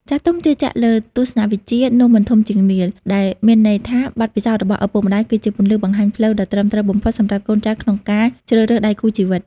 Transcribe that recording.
ចាស់ទុំជឿជាក់លើទស្សនវិជ្ជា "នំមិនធំជាងនាឡិ" ដែលមានន័យថាបទពិសោធន៍របស់ឪពុកម្ដាយ គឺជាពន្លឺបង្ហាញផ្លូវដ៏ត្រឹមត្រូវបំផុតសម្រាប់កូនចៅក្នុងការជ្រើសរើសដៃគូជីវិត។